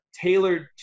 tailored